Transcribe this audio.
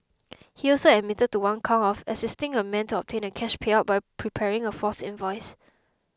he also admitted to one count of assisting a man to obtain a cash payout by preparing a false invoice